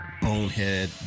bonehead